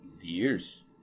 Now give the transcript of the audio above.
Years